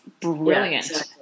brilliant